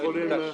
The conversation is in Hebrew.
יחיא,